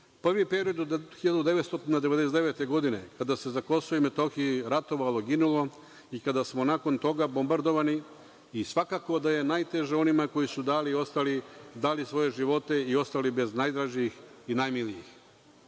Prvi period od 1999. godine kada se na KiM ratovalo, ginulo i kada smo nakon toga bombardovani. Svakako da je najteže onima koji su dali svoje živote i ostali bez najdražih i najmilijih.